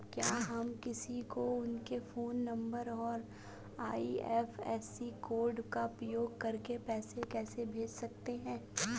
क्या हम किसी को उनके फोन नंबर और आई.एफ.एस.सी कोड का उपयोग करके पैसे कैसे भेज सकते हैं?